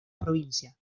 provincia